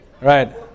Right